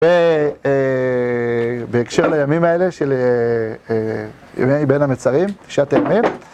בהקשר לימים האלה של ימי בין המצרים, תשעת הימים.